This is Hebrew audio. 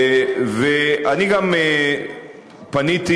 אני גם פניתי,